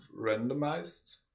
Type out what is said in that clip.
randomized